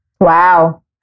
Wow